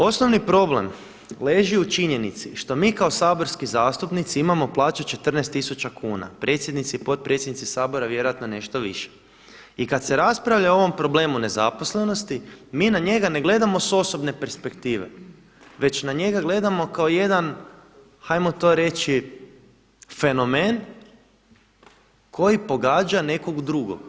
Osnovni problem leži u činjenici što mi kao saborski zastupnici imamo plaću 14 tisuća kuna, predsjednici i potpredsjednici Sabora vjerojatno nešto više i kada se raspravlja o ovom problemu nezaposlenosti mi na njega ne gledamo s osobne perspektive, već na njega gledamo kao jedan ajmo to reći fenomen koji pogađa nekog drugog.